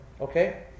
Okay